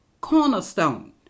cornerstone